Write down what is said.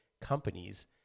companies